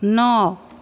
नौ